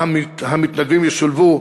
שבה המתנדבים ישולבו,